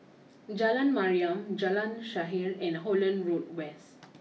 Jalan Mariam Jalan Shaer and Holland Road West